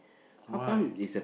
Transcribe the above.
why